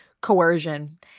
coercion